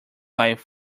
life